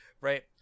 Right